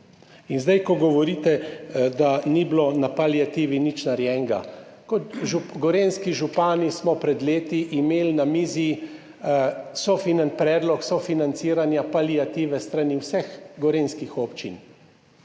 In zdaj, ko govorite, da ni bilo nič narejenega na paliativi. Kot gorenjski župani smo pred leti imeli na mizi predlog sofinanciranja paliative s strani vseh gorenjskih občin.